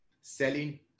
Selling